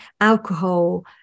alcohol